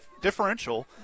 differential